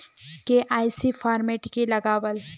KYC format की लगावल?